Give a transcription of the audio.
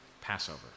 Passover